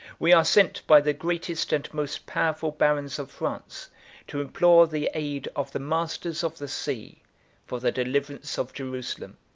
we are sent by the greatest and most powerful barons of france to implore the aid of the masters of the sea for the deliverance of jerusalem.